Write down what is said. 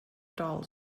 dull